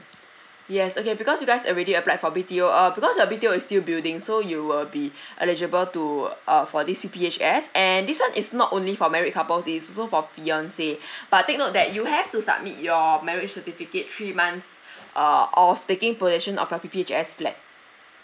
yes okay because you guys already applied for B_T_O uh because B_T_O is still building so you will be eligible to uh for this P_P_H_S and this one is not only for married couple is also for fiance but take note that you have to submit your marriage certificate three months uh of taking possession of a P_P_H_S flat